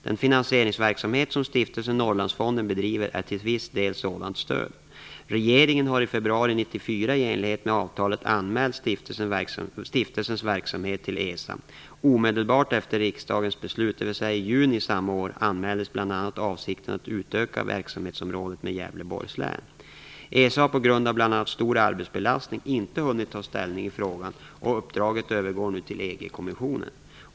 Den finansieringsverksamhet som Stiftelsen Norrlandsfonden bedriver är till viss del sådant stöd. Regeringen har i februari 1994, i enlighet med avtalet, anmält stiftelsens verksamhet till ESA. Omedelbart efter riksdagens beslut, dvs. i juni samma år, anmäldes bl.a. avsikten att utöka verksamhetsområdet med Gävleborgs län. ESA har på grund av bl.a. stor arbetsbelastning inte hunnit ta ställning i frågan, och uppdraget övergår nu till EG-kommissionen.